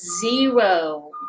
zero